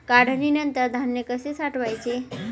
काढणीनंतर धान्य कसे साठवायचे?